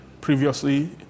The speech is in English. previously